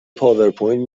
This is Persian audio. پاورپوینت